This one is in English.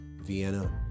Vienna